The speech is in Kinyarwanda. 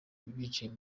bicajwe